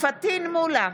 פטין מולא,